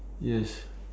yes